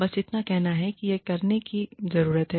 बस इतना कहना है कि यह करने की जरूरत है